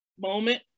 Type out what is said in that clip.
moment